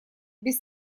без